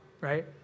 right